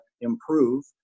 improve